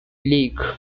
league